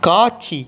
காட்சி